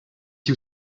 you